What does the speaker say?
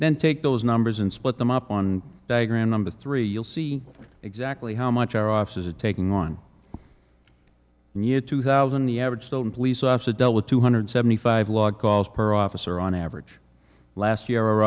then take those numbers and split them up on diagram number three you'll see exactly how much our office is a taking on in year two thousand the average soldier police officer dealt with two hundred seventy five log calls per officer on average last year or